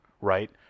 Right